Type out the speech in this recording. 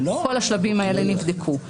כל השלבים האלה נבדקו.